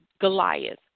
Goliath